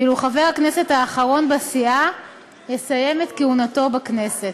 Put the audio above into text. ואילו חבר הכנסת האחרון בסיעה יסיים את כהונתו בכנסת.